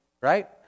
Right